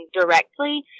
directly